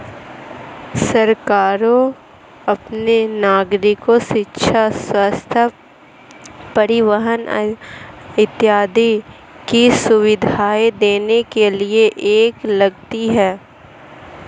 सरकारें अपने नागरिको शिक्षा, स्वस्थ्य, परिवहन आदि की सुविधाएं देने के लिए कर लगाती हैं